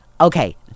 okay